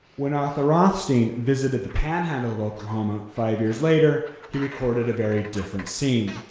when arthur rothstein visited the panhandle of oklahoma five years later, he recorded a very different scene.